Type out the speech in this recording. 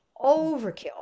overkill